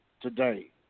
today